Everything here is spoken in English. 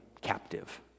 captive